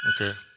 Okay